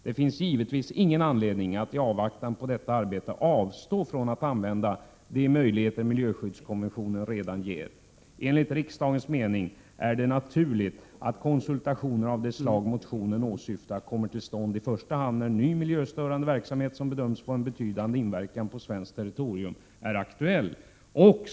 Det finns givetvis ingen anledning att i avvaktan på detta arbete avstå från att använda de möjligheter miljöskyddskonventionen redan ger. Enligt riksdagens mening är det naturligt att konsultationer av det slag motionen åsyftar kommer till stånd i första hand när ny miljöstörande verksamhet som bedöms få en betydande inverkan på svenskt territorium är aktuell.